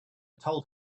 told